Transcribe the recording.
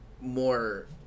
more